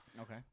Okay